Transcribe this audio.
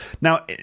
Now